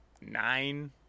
nine